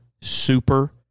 super